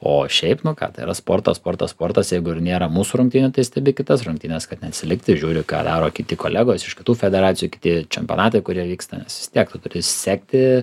o šiaip nu ką tai yra sportas sportas sportas jeigu ir nėra mūsų rungtynių tai stebi kitas rungtynes kad neatsilikti žiūri ką daro kiti kolegos iš kitų federacijų kiti čempionatai kurie vyksta nes vis tiek tu turi sekti